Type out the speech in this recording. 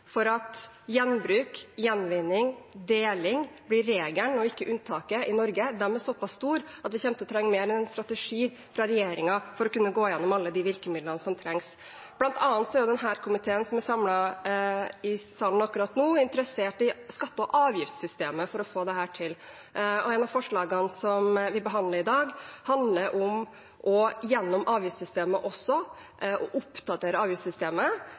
for at gjenbruk, gjenvinning og deling blir regelen og ikke unntaket i Norge, er så pass store at vi kommer til å trenge mer enn en strategi fra regjeringen for å kunne gå igjennom alle de virkemidlene som trengs. Blant annet er den komiteen som er samlet i salen akkurat nå, interessert i skatte- og avgiftssystemet for å få dette til. Et av forslagene vi behandler i dag, handler om å oppdatere avgiftssystemet, belønne det å